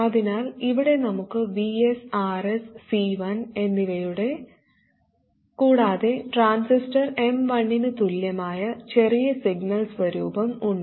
അതിനാൽ ഇവിടെ നമുക്ക് Vs Rs C1 എന്നിവയുണ്ട് കൂടാതെ ട്രാൻസിസ്റ്റർ M1 ന് തുല്യമായ ചെറിയ സിഗ്നൽ സ്വരൂപം ഉണ്ട്